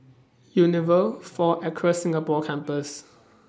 Unilever four Acres Singapore Campus